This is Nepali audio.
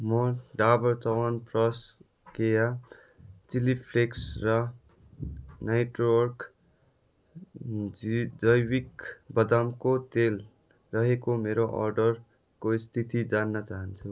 म डाबर च्यवनप्रास केया चिली फ्लेक्स र न्युट्रिअर्ग जैविक बदामको तेल रहेको मेरो अर्डरको स्थिति जान्न चाहन्छु